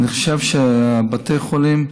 אני חושב שבתי החולים,